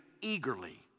eagerly